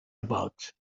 about